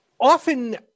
often